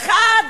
האחד,